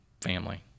family